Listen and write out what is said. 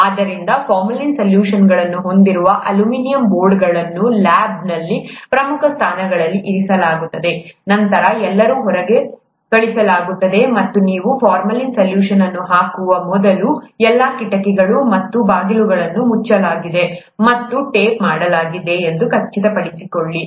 ಆದ್ದರಿಂದ ಫಾರ್ಮಾಲಿನ್ ಸಲ್ಯೂಷನ್ಗಳನ್ನು ಹೊಂದಿರುವ ಈ ಅಲ್ಯೂಮಿನಿಯಂ ಬೋರ್ಡ್ಗಳನ್ನು ಲ್ಯಾಬ್ನಲ್ಲಿ ಪ್ರಮುಖ ಸ್ಥಾನಗಳಲ್ಲಿ ಇರಿಸಲಾಗುತ್ತದೆ ನಂತರ ಎಲ್ಲರನ್ನೂ ಹೊರಗೆ ಕಳುಹಿಸಲಾಗುತ್ತದೆ ಮತ್ತು ನೀವು ಫಾರ್ಮಾಲಿನ್ ಸಲ್ಯೂಷನ್ ಅನ್ನು ಹಾಕುವ ಮೊದಲು ಎಲ್ಲಾ ಕಿಟಕಿಗಳು ಮತ್ತು ಬಾಗಿಲುಗಳನ್ನು ಮುಚ್ಚಲಾಗಿದೆ ಮತ್ತು ಟೇಪ್ ಮಾಡಲಾಗಿದೆ ಎಂದು ಖಚಿತಪಡಿಸಿಕೊಳ್ಳಿ